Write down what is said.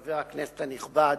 חבר הכנסת הנכבד